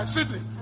Sydney